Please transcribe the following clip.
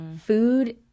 food